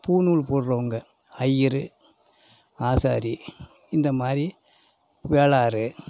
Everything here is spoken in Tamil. பூணூல் போடுறவங்க ஐய்யர் ஆசாரி இந்த மாதிரி வேளாறு